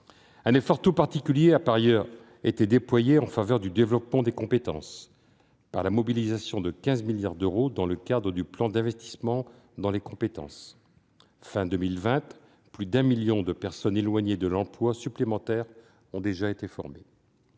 Un effort tout particulier a été déployé en faveur du développement des compétences par la mobilisation de 15 milliards d'euros dans le cadre du plan d'investissement dans les compétences. Fin 2020, plus d'un million de personnes éloignées de l'emploi ont déjà été formées.